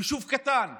יישוב קטן,